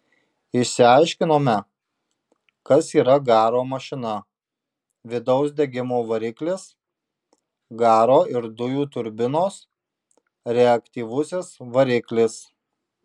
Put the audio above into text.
išsiaiškinome kas yra garo mašina vidaus degimo variklis garo ir dujų turbinos reaktyvusis variklis